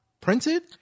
printed